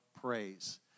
praise